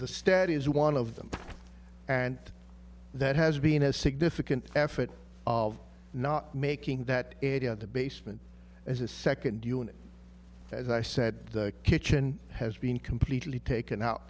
the steady is one of them and that has been a significant effort of not making that area in the basement as a second unit as i said the kitchen has been completely taken out